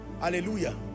Hallelujah